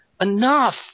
Enough